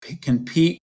compete